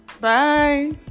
bye